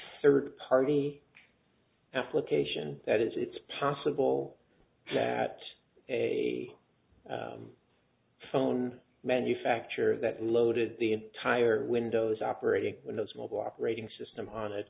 third party application that is it's possible that a phone manufacturer that loaded the entire windows operating windows mobile operating system